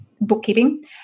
bookkeeping